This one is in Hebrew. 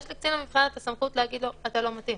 לקצין המבחן את הסמכות להגיד לו "אתה לא מתאים",